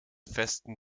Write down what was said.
festen